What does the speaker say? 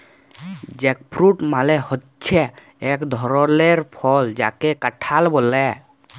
jackfruit মালে হচ্যে এক ধরলের ফল যাকে কাঁঠাল ব্যলে